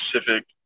specific